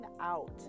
out